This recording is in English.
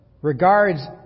regards